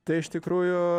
tai iš tikrųjų